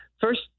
first